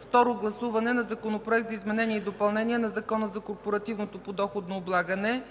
Второ гласуване на Законопроект за изменение и допълнение на Закона за корпоративното подоходно облагане.